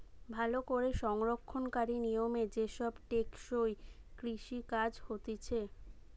ভালো করে সংরক্ষণকারী নিয়মে যে সব টেকসই কৃষি কাজ হতিছে